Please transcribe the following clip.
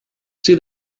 see